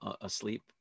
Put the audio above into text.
asleep